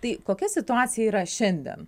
tai kokia situacija yra šiandien